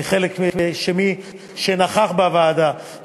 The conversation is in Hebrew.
שנכח בוועדה,